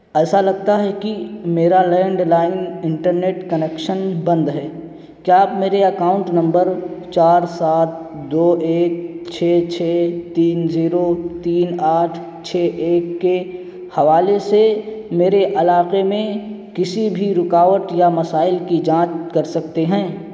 ایسا لگتا ہے کہ میرا لینڈ لائن انٹرنیٹ کنکشن بند ہے کیا آپ میرے اکاؤنٹ نمبر چار سات دو ایک چھ چھ تین زیرو تین آٹھ چھ ایک کے حوالے سے میرے علاقے میں کسی بھی رکاوٹ یا مسائل کی جانچ کر سکتے ہیں